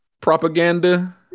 propaganda